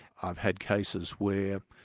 i've had cases where,